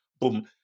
boom